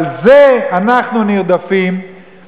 על זה אנחנו נרדפים,